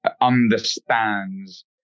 Understands